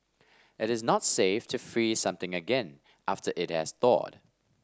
it is not safe to freeze something again after it has thawed